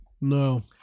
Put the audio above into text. No